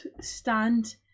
stand